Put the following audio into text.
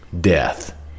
death